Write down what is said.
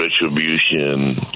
retribution